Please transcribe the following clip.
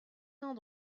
cent